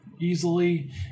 easily